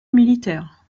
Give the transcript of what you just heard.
militaire